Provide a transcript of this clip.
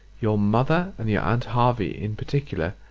your mother and your aunt hervey in particular,